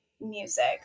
music